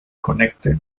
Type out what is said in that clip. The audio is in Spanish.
conecte